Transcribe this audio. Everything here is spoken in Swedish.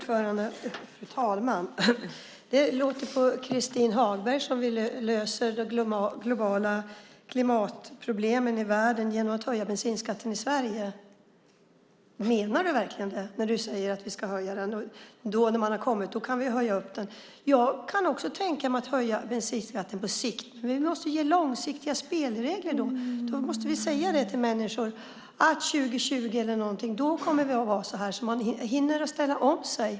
Fru talman! På Christin Hagberg låter det som att vi löser klimatproblemen i världen genom att höja bensinskatten i Sverige. Menar du verkligen det? Du talar ju om att höja bensinskatten. Också jag kan tänka mig att höja bensinskatten, men då på sikt. Vi måste ge långsiktiga spelregler. Vi måste säga till människor att det år 2020 eller så kommer att vara på det eller det sättet. Människor måste hinna ställa om sig.